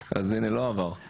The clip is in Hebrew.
אז הנה, לא עבר.